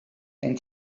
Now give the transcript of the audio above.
ein